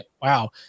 Wow